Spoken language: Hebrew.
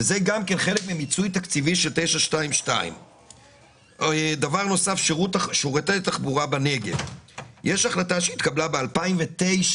שזה גם כן חלק ממיצוי תקציבי של 922. יש החלטה שהתקבלה ב-2009,